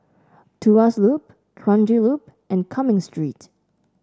Tuas Loop Kranji Loop and Cumming Street